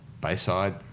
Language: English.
Bayside